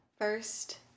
first